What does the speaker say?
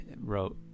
wrote